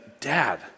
Dad